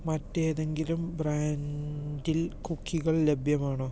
മറ്റേതെങ്കിലും ബ്രാൻഡിൽ കുക്കികൾ ലഭ്യമാണോ